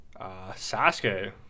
Sasuke